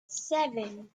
seven